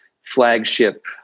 flagship